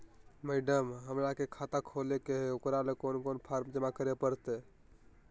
Madam, हमरा के खाता खोले के है उकरा ले कौन कौन फारम जमा करे परते?